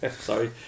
sorry